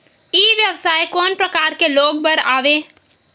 ई व्यवसाय कोन प्रकार के लोग बर आवे?